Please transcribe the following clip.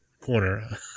corner